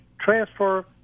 transfer